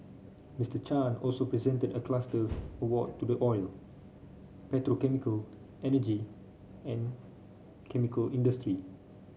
Mister Chan also presented a cluster award to the oil petrochemical energy and chemical industry